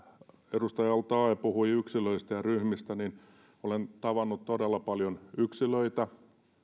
edustaja al taee puhui yksilöistä ja ryhmistä niin olen tavannut todella paljon yksilöitä